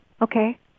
Okay